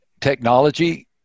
technology